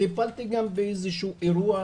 טיפלתי גם באיזשהו אירוע,